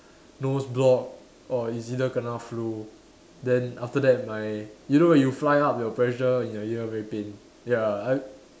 nose block or is either kena flu then after that my you know when you fly out your pressure in your ear very pain ya I